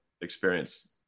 experience